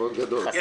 את